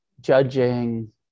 judging